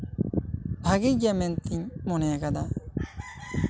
ᱵᱷᱟᱜᱮ ᱜᱮᱭᱟ ᱢᱮᱱᱛᱤᱧ ᱢᱚᱱᱮ ᱟᱠᱟᱫᱟ